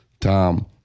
Tom